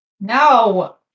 No